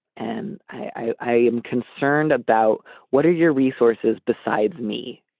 and i am concerned about what are your resources besides me,